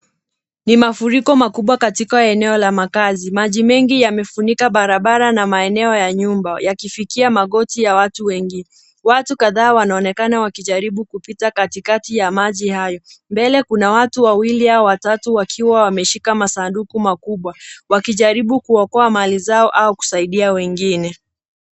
Ni mafuriko makubwa katika eneo la makazi. Maji mengi yamefunika barabara na maeneo ya nyumba yakifikia magoti ya watu wengi. Watu kadhaa wanaonekana wakijaribu kupita katikati ya maji hayo. Mbele kuna watu wawili au watatu wakiwa wameshika masanduku makubwa, wakijaribu kuokoa mali zao au kusaidia wengine.